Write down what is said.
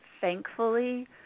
thankfully